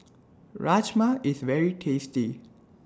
Rajma IS very tasty